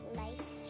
light